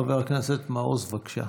חבר הכנסת מעוז, בבקשה.